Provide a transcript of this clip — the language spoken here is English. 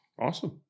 Awesome